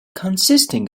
consisting